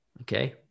Okay